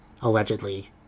allegedly